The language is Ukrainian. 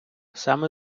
саме